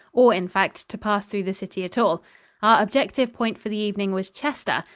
or, in fact, to pass through the city at all. our objective point for the evening was chester,